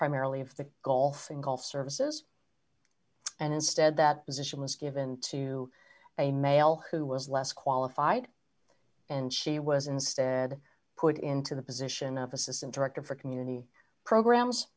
primarily of the golf and golf services and instead that position was given to a male who was less qualified and she was instead put into the position of assistant director for community programs